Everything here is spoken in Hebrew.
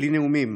בלי נאומים,